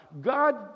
God